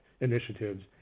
initiatives